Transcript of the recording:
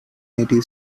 native